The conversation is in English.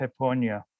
peponia